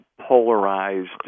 polarized